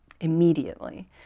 immediately